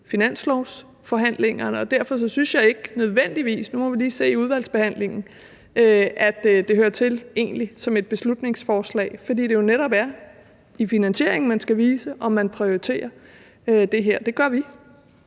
finanslovsforhandlingerne, og derfor synes jeg ikke nødvendigvis – nu må vi lige se i udvalgsbehandlingen – at det egentlig hører til et beslutningsforslag, fordi det jo netop er i finansieringen, man skal vise, om man prioriterer det her. Det gør vi,